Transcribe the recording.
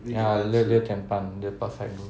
ya 六六点半 would be perfect bro